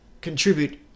contribute